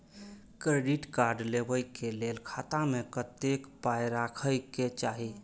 Credit card लेबै के लेल खाता मे कतेक पाय राखै के चाही?